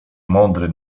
mądry